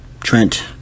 Trent